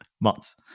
Months